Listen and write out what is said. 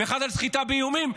ואחד על סחיטה באיומים,